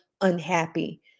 unhappy